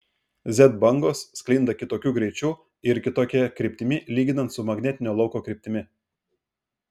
z bangos sklinda kitokiu greičiu ir kitokia kryptimi lyginant su magnetinio lauko kryptimi